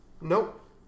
Nope